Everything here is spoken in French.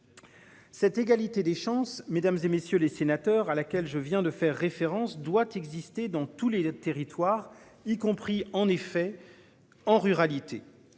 Cette égalité des chances, mesdames et messieurs les sénateurs, à laquelle je viens de faire référence doit exister dans tous les territoires, y compris en effet en ruralité.